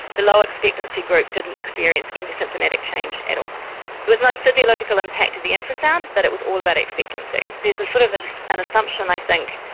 the low expectancy group didn't experience any symptomatic change at all. there was no physiological impact of the infrasound, but it was all about expectancy. there's a sort of and and assumption, i think,